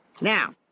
Now